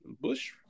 Bush